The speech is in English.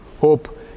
hope